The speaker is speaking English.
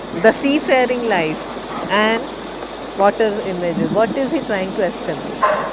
the seafaring life and water image, what is he trying to establish?